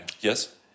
Yes